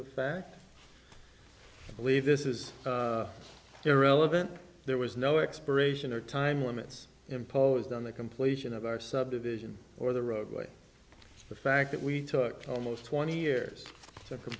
fact believe this is irrelevant there was no expiration or time limits imposed on the completion of our subdivision or the roadway the fact that we took almost twenty years